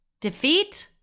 defeat